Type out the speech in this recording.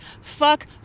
Fuck